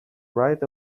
right